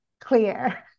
clear